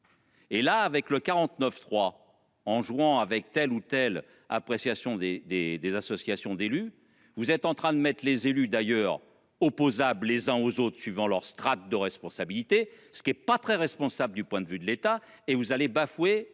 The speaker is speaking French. Et là avec le 49 3 en jouant avec telle ou telle appréciation des des des associations d'élus, vous êtes en train de mettre les élus d'ailleurs opposable les uns aux autres, suivant leurs strates de responsabilité, ce qui est pas très responsable du point de vue de l'État et vous allez bafoué